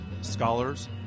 scholars